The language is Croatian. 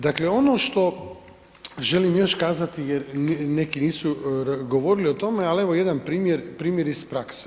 Dakle, ono što želim još kazati jer neki nisu govorili o tome, ali evo jedan primjer iz prakse.